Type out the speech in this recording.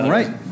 right